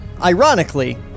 ironically